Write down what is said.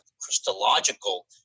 Christological